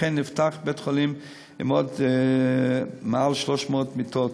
וכן נפתח בית-חולים עם עוד מעל 300 מיטות,